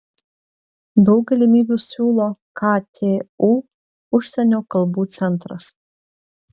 daug galimybių siūlo ktu užsienio kalbų centras